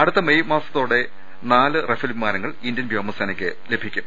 അടുത്ത മെയ് മാസ ത്തോടെ നാല് റഫേൽ വിമാനങ്ങൾ ഇന്ത്യൻ വ്യോമസേനക്ക് ലഭി ക്കും